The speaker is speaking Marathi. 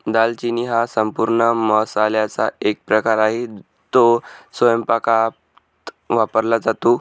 दालचिनी हा संपूर्ण मसाल्याचा एक प्रकार आहे, तो स्वयंपाकात वापरला जातो